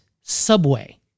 Subway